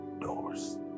doors